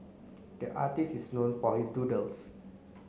the artist is known for his doodles